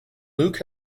luke